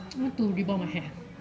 I want to rebond my hair